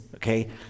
okay